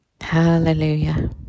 Hallelujah